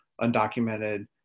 undocumented